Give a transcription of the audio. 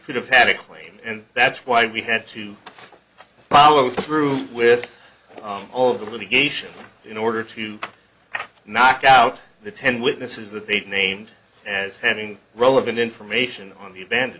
could have had a claim and that's why we had to follow through with all of the litigation in order to knock out the ten witnesses that they've named as having relevant information on the